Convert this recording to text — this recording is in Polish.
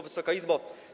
Wysoka Izbo!